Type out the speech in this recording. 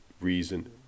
reason